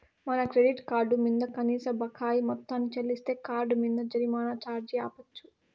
మన credit card మింద కనీస బకాయి మొత్తాన్ని చెల్లిస్తే కార్డ్ మింద జరిమానా ఛార్జీ ఆపచ్చు